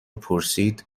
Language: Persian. پرسید